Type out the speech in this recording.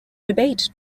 debate